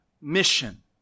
mission